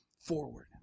forward